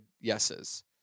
yeses